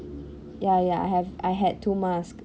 ya ya I have I had two mask